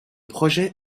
projet